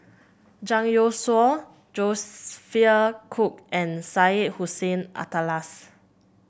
Zhang Youshuo Cooke and Syed Hussein Alatas